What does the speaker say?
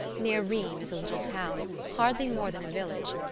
near rheims is a little town hardly more than a village,